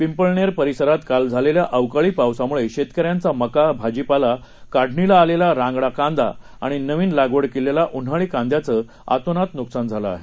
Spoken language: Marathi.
पिंपळनेर परिसरात काल झालेल्या अवकाळी पावसामुळे शेतकऱ्यांचा मका भाजीपाला काढणीला आलेला रांगडा कांदा आणि नविन लागवड केलेल्या उन्हाळी कांद्याचं अतोनात नुकसान झालं आहे